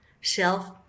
self